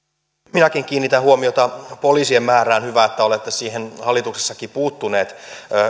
minäkin kiinnitän huomiota poliisien määrään on hyvä että olette siihen hallituksessakin puuttuneet